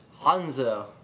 Hanzo